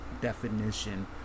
definition